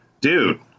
dude